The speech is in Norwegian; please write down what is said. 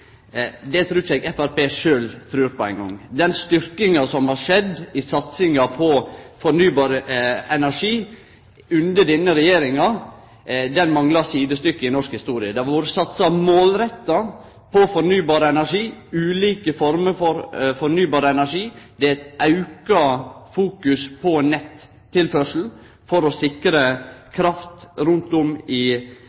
Det trur eg ikkje Framstegspartiet sjølv trur på eingong! Den auka satsinga på fornybar energi som har skjedd under denne regjeringa, manglar sidestykke i norsk historie. Det har vore satsa målretta på fornybar energi, på ulike former for fornybar energi. Det er eit auka fokus på nettilførsel for å sikre